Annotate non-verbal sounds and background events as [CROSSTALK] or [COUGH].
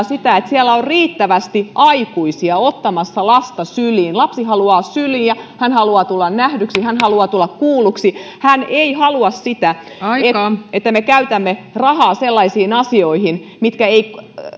[UNINTELLIGIBLE] sitä että siellä on riittävästi aikuisia ottamassa lasta syliin lapsi haluaa syliin hän haluaa tulla nähdyksi hän haluaa tulla kuulluksi hän ei halua sitä että me käytämme rahaa sellaisiin asioihin mitkä eivät